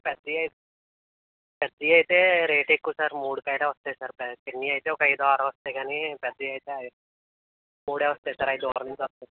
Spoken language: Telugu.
పెద్దవి అయితే పెద్దవి అయితే రేటు ఎక్కువ సార్ మూడు కాయలు వస్తాయి సార్ చిన్నవి అయితే ఒక ఐదో ఆరో వస్తాయి కానీ పెద్దవి అయితే మూడు వస్తాయి సార్ అవి దూరం నుంచి వస్తాయి